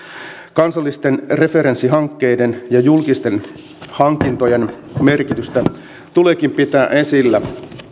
kansallisten referenssihankkeiden ja julkisten hankintojen merkitystä tuleekin pitää esillä